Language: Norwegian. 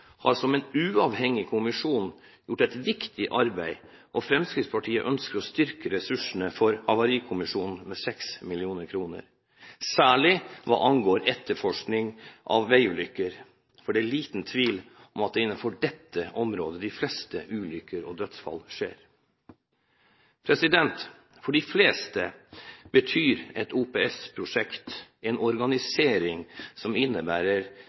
har som en uavhengig kommisjon gjort et viktig arbeid. Fremskrittspartiet ønsker å styrke ressursene til havarikommisjonen med 6 mill. kr, særlig når det gjelder etterforskning av ulykker på veien, for det er liten tvil om at det er på dette området det skjer flest ulykker og dødsfall. For de fleste betyr et OPS-prosjekt en organisering som innebærer